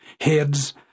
Heads